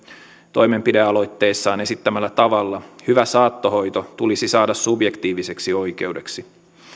toimenpidealoitteessaan esittämällä tavalla hyvä saattohoito tulisi saada subjektiiviseksi oikeudeksi